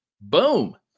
boom